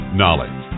knowledge